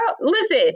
listen